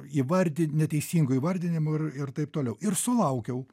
įvardi neteisingo įvardinimo ir ir taip toliau ir sulaukiau